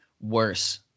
worse